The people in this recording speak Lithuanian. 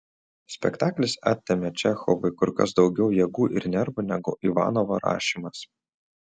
spektaklis atėmė čechovui kur kas daugiau jėgų ir nervų negu ivanovo rašymas